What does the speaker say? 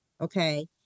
Okay